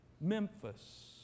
Memphis